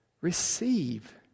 receive